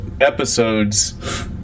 episodes